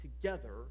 together